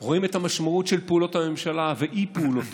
רואים את המשמעות של פעולות הממשלה ואי-פעולותיה,